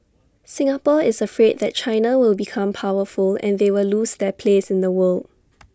Singapore is afraid that China will become powerful and they will lose their place in the world